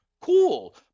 cool